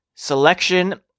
selection